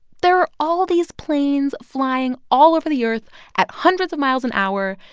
there are all these planes flying all over the earth at hundreds of miles an hour,